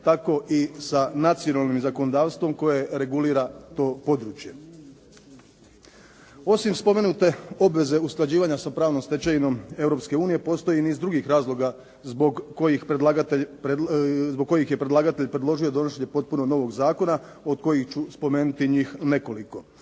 tako i sa nacionalnim zakonodavstvom koje regulira to područje. Osim spomenute obveze usklađivanja sa pravnom stečevinom Europske unije postoji niz drugih razloga zbog kojih predlagatelj, zbog kojih je predlagatelj predložio donošenje potpuno novog zakona od kojih ću spomenuti njih nekoliko.